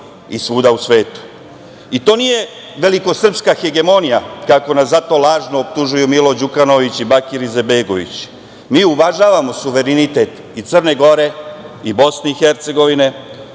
i svuda u svetu. To nije velikosrpska hegemonija kako nas za to lažno optužuju Milo Đukanović i Bakir Izetbegović, mi uvažavamo suverenitet i Crne Gore i Bosne i Hercegovine.